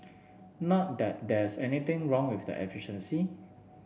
not that there's anything wrong with the efficiency